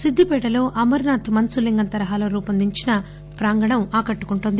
సిద్దిపేటలో అమర్పాథ్ మంచు లింగం తరహాలో రూపొందించిన ప్రాంగణం ఆకట్టుకుంటుంది